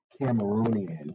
Cameroonian